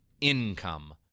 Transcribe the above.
income